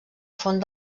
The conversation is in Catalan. font